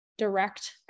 Direct